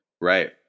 right